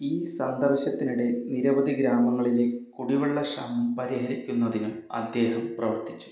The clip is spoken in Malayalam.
ഈ സന്ദർശത്തിനിടയിൽ നിരവധി ഗ്രാമങ്ങളിലെ കുടിവെള്ള ക്ഷാമം പരിഹരിക്കുന്നതിനും അദ്ദേഹം പ്രവർത്തിച്ചു